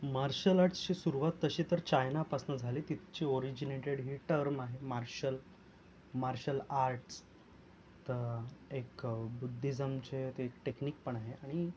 marshal आर्टची सुरुवात तशी तर चायनापासून झाली तिची ओरिजिनेटेड ही टर्म आहे मार्शल मार्शल आर्ट्स तर एक बुद्धिझमचे ते टेक्निकपण आहे आणि